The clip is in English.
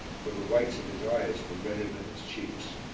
for the whites of his eyes were redder than his cheeks.